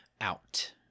out